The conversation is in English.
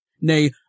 nay